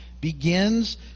begins